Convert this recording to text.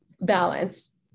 balance